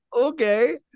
okay